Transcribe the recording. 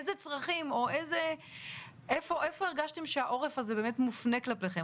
איפה הרגשתם שזה קורה.